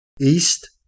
east